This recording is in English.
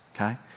okay